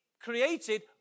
created